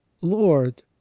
Lord